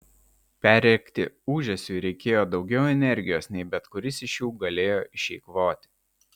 perrėkti ūžesiui reikėjo daugiau energijos nei bet kuris iš jų galėjo išeikvoti